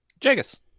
Jagus